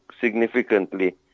significantly